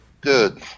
Good